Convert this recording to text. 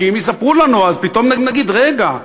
כי אם יספרו לנו פתאום נגיד: רגע,